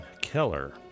Keller